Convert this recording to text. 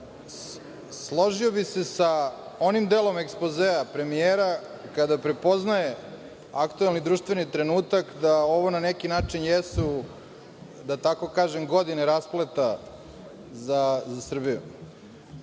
složio bih se sa onim delom ekspozea premijera kada prepoznaje aktuelni društveni trenutak da ovo na neki način jesu, da tako kažem godine raspleta za Srbiju. Rekli